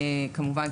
כמובן,